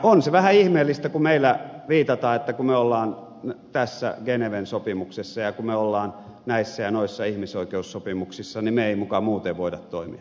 on se vähän ihmeellistä kun meillä viitataan että kun me olemme tässä geneven sopimuksessa ja kun me olemme näissä ja noissa ihmisoikeussopimuksissa niin me emme muka muuten voi toimia